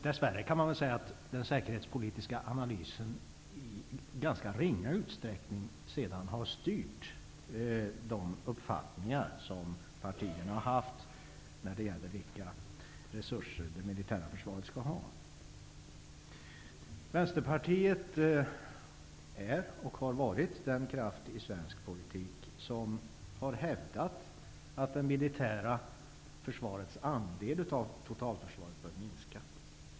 Dessvärre har den säkerhetspolitiska analysen i ganska ringa utsträckning styrt de uppfattningar som partierna har haft om vilka resurser det militära försvaret skall ha. Vänsterpartiet är och har varit en kraft i svensk politik som har hävdat att det militära försvarets andel av totalförsvaret bör minska.